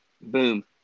boom